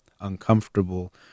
uncomfortable